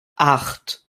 acht